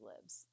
lives